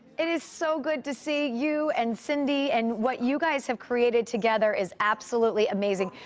it is so good to see you and cindy and what you guys have created together is absolutely amazing.